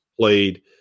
played –